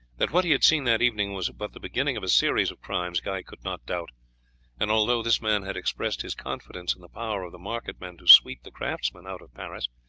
that what he had seen that evening was but the beginning of a series of crimes, guy could not doubt and although this man had expressed his confidence in the power of the market-men to sweep the craftsmen out of paris,